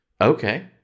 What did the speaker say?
Okay